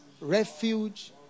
refuge